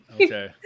Okay